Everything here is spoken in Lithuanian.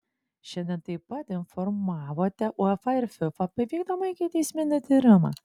šiandien taip pat informavote uefa ir fifa apie vykdomą ikiteisminį tyrimą